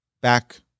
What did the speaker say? back